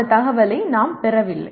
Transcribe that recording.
அந்த தகவலை நாம் பெறவில்லை